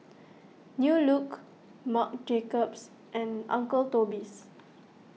New Look Marc Jacobs and Uncle Toby's